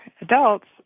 adults